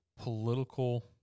political